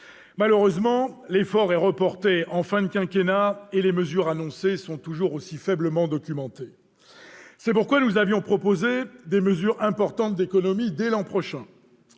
Malheureusement, l'effort est reporté en fin de quinquennat et les mesures annoncées sont toujours aussi faiblement documentées. C'est pourquoi nous avions proposé des mesures importantes d'économies dès l'an prochain.